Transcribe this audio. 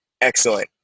Excellent